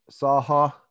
Saha